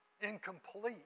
Incomplete